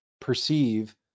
perceive